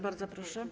Bardzo proszę.